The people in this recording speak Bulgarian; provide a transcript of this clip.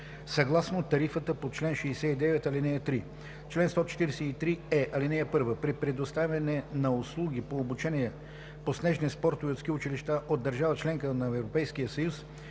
съгласно тарифата по чл. 69, ал. 3. Чл. 143е. (1) При предоставяне на услуги по обучение по снежни спортове от ски училище от държава – членка на Европейския съюз,